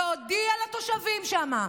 להודיע לתושבים שם: